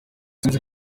sinzi